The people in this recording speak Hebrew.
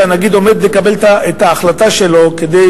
כשהנגיד עומד לקבל את ההחלטה שלו כדי